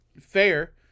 fair